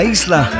Isla